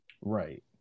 Right